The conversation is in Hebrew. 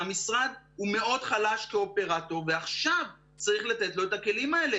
שהמשרד הוא מאוד חלש כאופרטור ועכשיו צריך לתת לו את הכלים האלה,